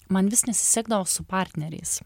man vis nesisekdavo su partneriais